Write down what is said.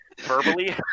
verbally